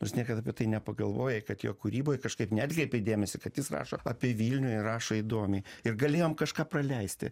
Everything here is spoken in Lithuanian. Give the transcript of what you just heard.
nors niekad apie tai nepagalvojai kad jo kūryboj kažkaip neatkreipei dėmesio kad jis rašo apie vilnių ir rašo įdomiai ir galėjom kažką praleisti